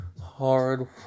hard